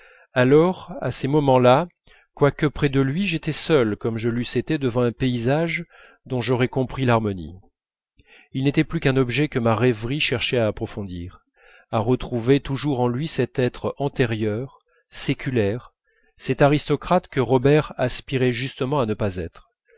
alors à ces moments-là quoique près de lui j'étais seul comme je l'eusse été devant un paysage dont j'aurais compris l'harmonie il n'était plus qu'un objet que ma rêverie cherchait à approfondir à retrouver toujours en lui cet être antérieur séculaire cet aristocrate que robert aspirait justement à ne pas être